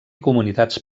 comunitats